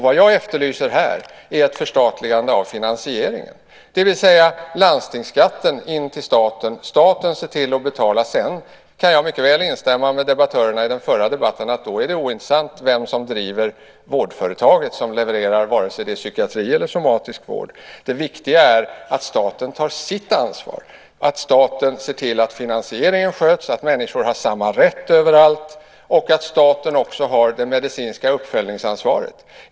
Vad jag efterlyser här är ett förstatligande av finansieringen, det vill säga landstingsskatten ska gå in till staten. Staten ska se till att betala. Jag kan mycket väl instämma med debattörerna i den förra debatten om att det då är ointressant vem som driver vårdföretaget som levererar, oavsett om det är psykiatri eller somatisk vård. Det viktiga är att staten tar sitt ansvar och ser till att finansieringen sköts, att människor har samma rätt överallt och att staten också har det medicinska uppföljningsansvaret.